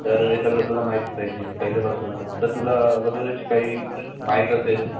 तर हे सगळं तुला माहीत पाहिजे पहिलेपासूनच तर तुला अगोदरच काही माहीत असेल